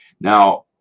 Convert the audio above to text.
Now